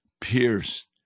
pierced